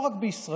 לא רק בישראל.